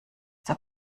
zur